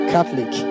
Catholic